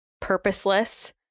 purposeless